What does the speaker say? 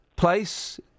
place